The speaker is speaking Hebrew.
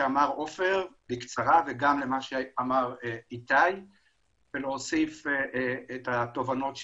עופר ושל איתי ולהוסיף את התובנות שלי.